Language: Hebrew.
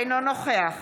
אינו נוכח